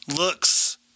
looks